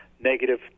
negative